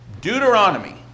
Deuteronomy